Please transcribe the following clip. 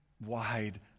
Wide